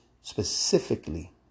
specifically